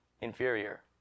inferior